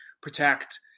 protect